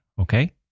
okay